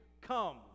come